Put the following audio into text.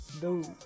dude